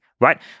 right